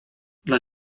dla